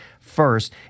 first